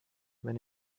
wenn